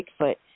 bigfoot